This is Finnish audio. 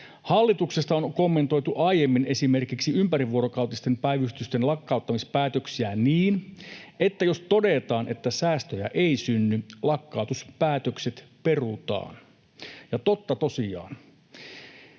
Hallituksesta on kommentoitu aiemmin esimerkiksi ympärivuorokautisten päivystysten lakkauttamispäätöksiä niin, että jos todetaan, että säästöjä ei synny, lakkautuspäätökset perutaan. Ja totta tosiaan,